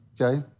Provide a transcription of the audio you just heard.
okay